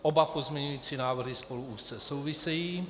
Oba pozměňovací návrhy spolu úzce souvisejí.